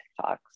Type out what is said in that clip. TikToks